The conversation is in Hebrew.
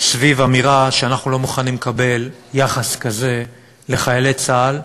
סביב האמירה שאנחנו לא מוכנים לקבל יחס כזה לחיילי צה"ל,